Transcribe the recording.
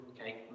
Okay